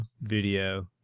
video